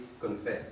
confess